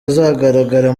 azagaragara